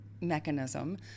mechanism